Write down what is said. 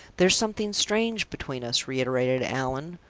there's something strange between us, reiterated allan.